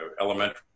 elementary